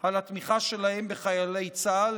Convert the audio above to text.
על התמיכה שלהם בחיילי צה"ל.